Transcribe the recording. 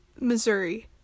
Missouri